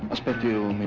ah speak to